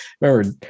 remember